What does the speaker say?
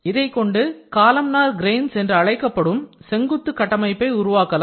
இதைக்கொண்டு columnar grains என்று அழைக்கப்படும் செங்குத்து கட்டமைப்பை உருவாக்கலாம்